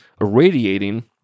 irradiating